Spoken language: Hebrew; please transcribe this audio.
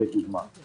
לדוגמה,